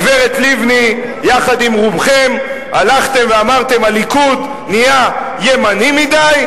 הגברת לבני ורובכם הלכתם ואמרתם: הליכוד נהיה ימני מדי,